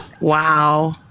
Wow